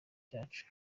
byacu